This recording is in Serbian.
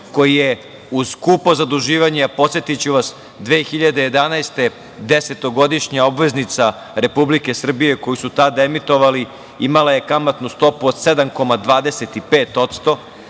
koji je uz skupo zaduživanje, a podsetiću vas, 2011. godine desetogodišnja obveznica Republike Srbije koju su tad emitovali imala je kamatnu stopu od 7,25%,